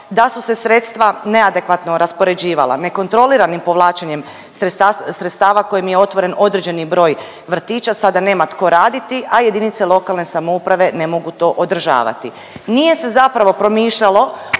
da su se sredstva neadekvatno raspoređivala, nekontroliranim povlačenjem sredstava kojim je otvoren određeni broj vrtića sada nema tko raditi, a JLS ne mogu to održavati. Nije se zapravo promišljalo